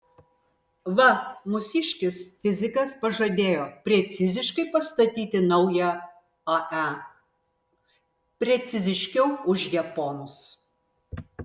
va mūsiškis fizikas pažadėjo preciziškai pastatyti naują ae preciziškiau už japonus